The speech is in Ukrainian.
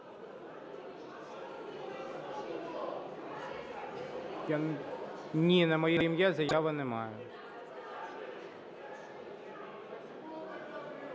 Ні, на моє ім'я заяви немає.